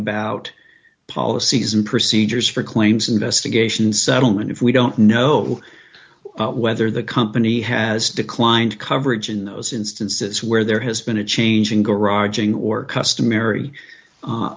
about policies and procedures for claims investigation settlement if we don't know whether the company has declined coverage in those instances where there has been a change in garage ing or customary